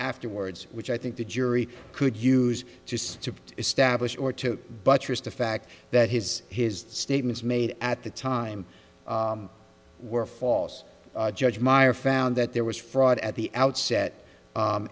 afterwards which i think the jury could use just to establish or to buttress the fact that his his statements made at the time were false judge meyer found that there was fraud at the outset